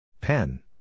Pen